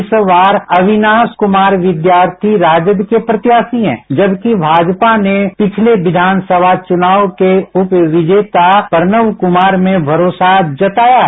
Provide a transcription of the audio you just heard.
इस बार अविनाश कुमार विद्यार्थी राजद के प्रत्याशी हैं जबकि भाजपा ने पिछले विधान सभा चुनाव के उप विजेता प्रणव कुमार में भरोसा जताया है